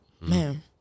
Man